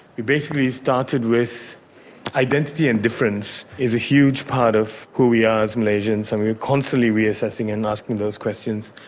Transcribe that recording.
we basically started with identity and difference, is a huge part of who we are as malaysians, and we're constantly re-assessing and asking those questions.